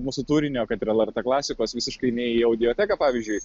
mūsų turinio kad ir lrt klasikos visiškai nei į audioteką pavyzdžiui